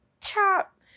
chop